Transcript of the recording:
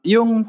Yung